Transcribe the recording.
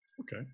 Okay